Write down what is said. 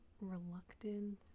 reluctance